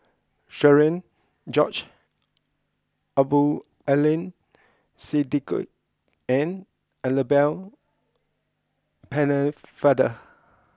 Cherian George Abdul Aleem Siddique and Annabel Pennefather